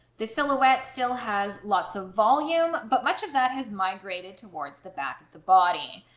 the silhouette still has lots of volume but much of that has migrated towards the back of the body.